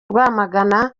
rwamagana